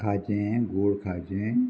खाजें गोड खाजें